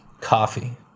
Coffee